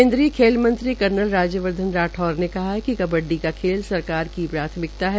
केन्द्रीय खेल मंत्री कर्नल राज्यवर्धन राठौर ने कहा है कि कबड्डी का खेल सरकार की प्राथमिकता है